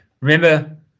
Remember